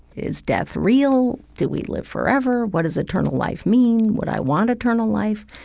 is death real? do we live forever? what does eternal life mean? would i want eternal life?